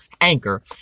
Anchor